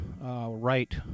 right